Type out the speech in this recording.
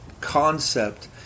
concept